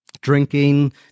drinking